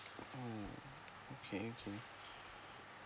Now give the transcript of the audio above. oo okay okay